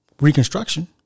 reconstruction